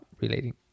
relating